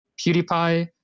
PewDiePie